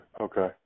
okay